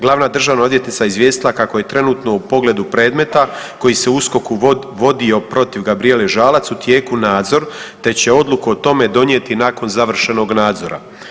Glavna državna odvjetnica je izvijestila kako je trenutno u pogledu predmeta koji se u USKOK-u vodio protiv Gabrijele Žalac u tijeku nadzor, te će odluku o tome donijeti nakon završenog nadzora.